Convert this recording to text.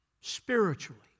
Spiritually